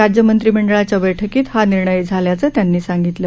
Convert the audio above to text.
राज्य मंत्रीमंडळाच्या बैठकीत हा निर्णय झाल्याचं त्यांनी सांगितलं